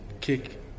kick